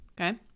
Okay